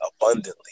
abundantly